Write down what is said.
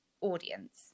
audience